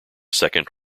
second